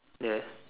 yes